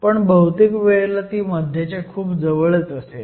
पण बहुतेक वेळेला ती मध्याच्या खूप जवळ असेल